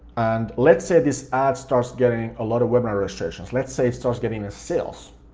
and let's say this ad starts getting a lot of webinar registrations. let's say it starts getting us sales.